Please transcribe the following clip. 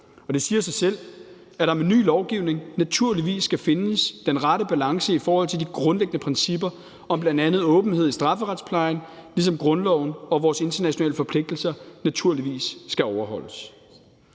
det siger sig selv, at der med ny lovgivning naturligvis skal findes den rette balance i forhold til de grundlæggende principper om bl.a. åbenhed i strafferetsplejen, ligesom grundloven og vores internationale forpligtelser naturligvis skal overholdes.